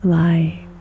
life